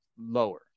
lower